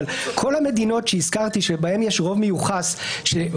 אבל דסקריפטיבית זה פשוט לא נכון.